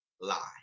lie